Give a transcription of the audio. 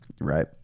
right